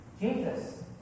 Jesus